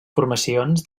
formacions